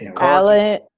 Alan